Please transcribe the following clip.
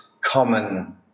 common